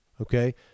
okay